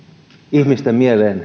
ihmisten mieleen